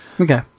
Okay